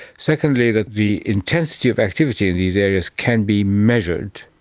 secondly, the the intensity of activity in these areas can be measured,